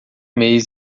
mês